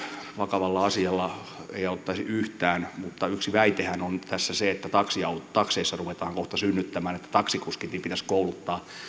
vakavalla asialla ei auttaisi yhtään mutta yksi väitehän on nyt tässä se että takseissa ruvetaan kohta synnyttämään että taksikuskikin pitäisi kouluttaa